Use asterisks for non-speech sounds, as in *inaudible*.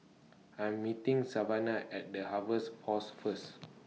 I Am meeting Savana At The Harvest Force First *noise*